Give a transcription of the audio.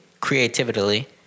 creatively